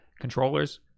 controllers